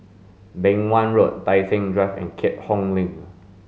Beng Wan Road Tai Seng Drive and Keat Hong Link